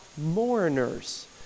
Mourners